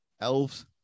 Elves